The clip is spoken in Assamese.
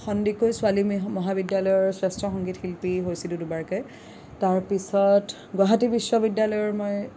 সন্দিকৈ ছোৱালী মহাবিদ্যালয়ৰ শ্ৰেষ্ঠ সংগীত শিল্পী হৈছিলোঁ দুবাৰকে তাৰপিছত গুৱাহাটী বিশ্ববিদ্যালয়ৰ মই